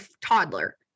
toddler